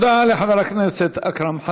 תודה, חברת הכנסת גרמן.